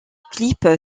clip